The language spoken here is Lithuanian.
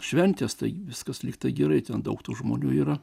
šventės tai viskas lyg ir gerai ten daug tų žmonių yra